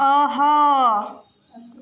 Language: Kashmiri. آ ہا